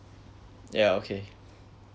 yeah okay